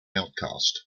outcast